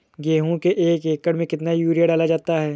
गेहूँ के एक एकड़ में कितना यूरिया डाला जाता है?